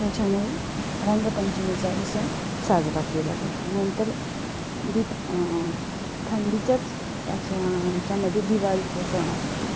त्याच्यामुळे रंगपंचमीचा ही सण साजरा केला जातो नंतर दीप थंडीच्याच याच्या याच्यामध्ये दिवाळीचा सण असतो